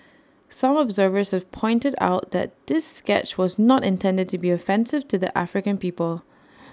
some observers have pointed out that this sketch was not intended to be offensive to the African people